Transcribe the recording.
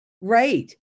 Right